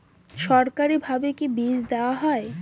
সরকারিভাবে কি বীজ দেওয়া হয়?